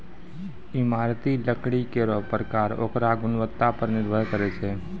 इमारती लकड़ी केरो परकार ओकरो गुणवत्ता पर निर्भर करै छै